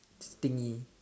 stingy